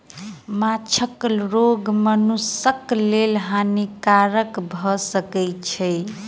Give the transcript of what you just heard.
माँछक रोग मनुखक लेल हानिकारक भअ सकै छै